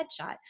headshot